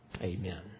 Amen